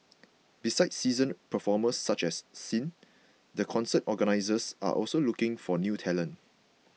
besides seasoned performers such as Sin the concert organisers are also looking for new talent